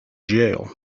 jail